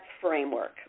framework